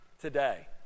today